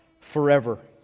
forever